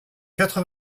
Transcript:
quatre